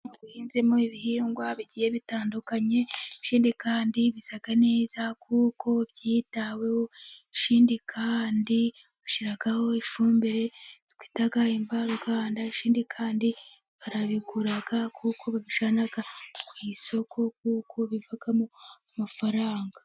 Umurima uhinzemo ibihingwa bigiye bitandukanye, ikindi kandi bisa neza kuko byitaweho, ikindi kandi gushyiraho ifumbire twita invaruganda, ikindi kandi barabigura kuko babijyanpana ku isoko kuko bivamo amafaranga.